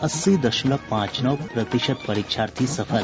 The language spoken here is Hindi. अस्सी दशमलव पांच नौ प्रतिशत परीक्षार्थी सफल